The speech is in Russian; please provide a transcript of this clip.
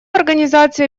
организации